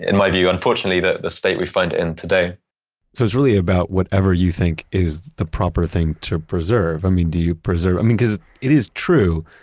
and my view, unfortunately the the state we find it in today so it was really about whatever you think is the proper thing to preserve. i mean, do you preserve, i mean, because it is true,